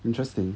interesting